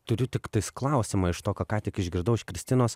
turiu tiktais klausimą iš to ką tik išgirdau kristinos